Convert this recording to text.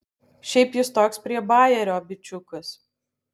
šiaip jis toks prie bajerio bičiukas